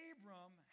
Abram